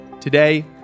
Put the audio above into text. Today